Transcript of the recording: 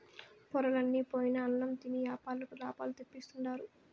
పొరలన్ని పోయిన అన్నం తిని యాపారులకు లాభాలు తెప్పిస్తుండారు